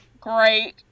great